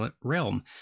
realm